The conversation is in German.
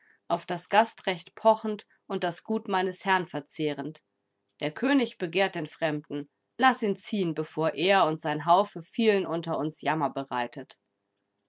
auf das gastrecht pochend und das gut meines herrn verzehrend der könig begehrt den fremden laß ihn ziehen bevor er und sein haufe vielen unter uns jammer bereitet